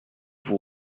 vous